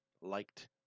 liked